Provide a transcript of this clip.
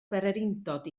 bererindod